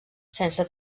sense